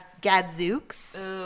Gadzooks